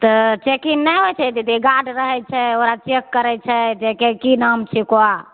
तऽ चेकिंग नहि होइ छै दीदी गार्ड रहय छै ओकरा चेक करय छै जे कि की नाम छियै कहऽ